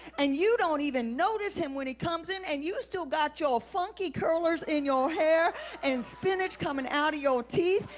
and you don't even notice him when he comes in, and you still got your funky curlers in your hair and spinach coming out of your teeth,